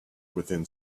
within